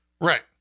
Right